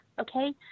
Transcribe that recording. Okay